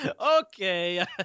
Okay